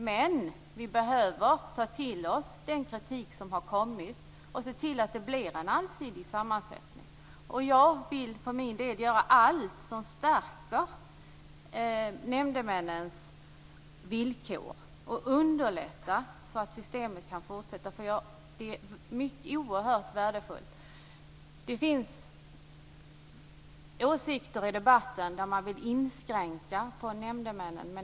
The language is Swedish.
Men vi behöver ta till oss den kritik som har kommit och se till att det blir en allsidig sammansättning. Jag vill för min del göra allt som stärker nämndemännens villkor och som underlättar så att systemet kan fortsätta. Det är oerhört värdefullt. Det finns andra åsikter i debatten. Man vill göra inskränkningar när det gäller nämndemännen.